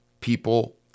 people